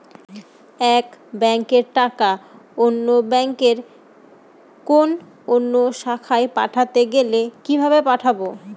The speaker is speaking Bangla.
এক ব্যাংকের টাকা অন্য ব্যাংকের কোন অন্য শাখায় পাঠাতে গেলে কিভাবে পাঠাবো?